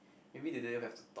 maybe they don't even have to talk